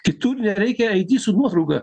kitur nereikia aidi su nuotrauka